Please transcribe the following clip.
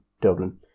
Dublin